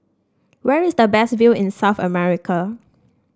where is the best view in South America